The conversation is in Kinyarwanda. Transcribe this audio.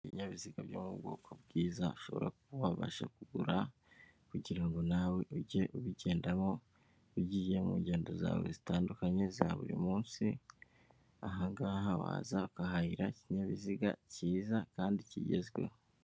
Ibinyabiziga byo mu bwoko bwiza ushobora kubasha kugura kugirango nawe ujye ubigendamo ugiye mu ngendo zawe zitandukanye za buri munsi ahahaza ukahahira ikinyabiziga cyiza kandi kigezweho.